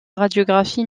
radiographie